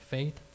Faith